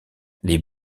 les